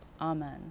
Amen